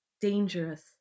Dangerous